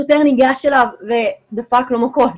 השוטר ניגש אליו ודפק לו מכות.